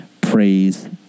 praise